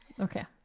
Okay